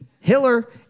hiller